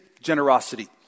Generosity